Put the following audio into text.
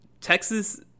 Texas